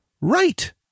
right